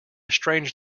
strange